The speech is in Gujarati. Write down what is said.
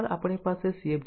અને એ જ રીતે C એ 1 2 છે